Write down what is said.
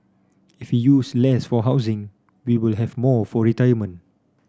if use less for housing we will have more for retirement